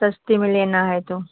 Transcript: सस्ती में लेना है तो